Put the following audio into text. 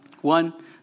One